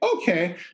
okay